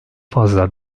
fazla